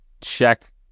check